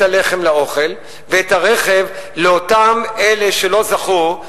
את הלחם לאוכל ואת הרכב לאותם אלה שלא זכו,